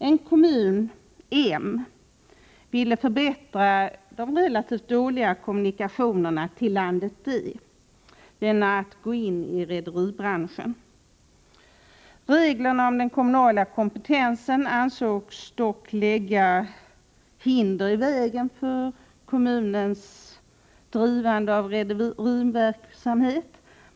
22 mars 1985 En kommun, M, ville förbättra de relativt dåliga kommunikationerna till kompetensen ansågs dock lägga länder i vägen för av komrmnned driven nonchalerande av rederiverksamhet.